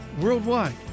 worldwide